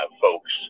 folks